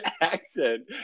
accent